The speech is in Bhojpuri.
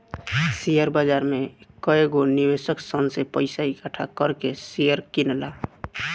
शेयर बाजार में कएगो निवेशक सन से पइसा इकठ्ठा कर के शेयर किनला